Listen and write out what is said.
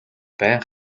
байнга